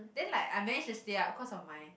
then like I managed to stay up cause of my